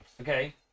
Okay